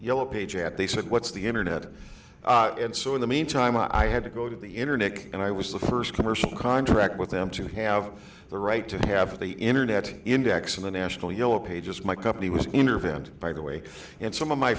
yellow page ad they said what's the internet and so in the meantime i had to go to the internet and i was the first commercial contract with them to have the right to have the internet index in the national yellow pages my company was intervent by the way and some of my